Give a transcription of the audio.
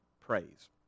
praise